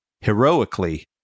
Heroically